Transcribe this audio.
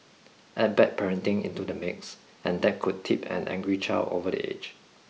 add bad parenting into the mix and that could tip an angry child over the edge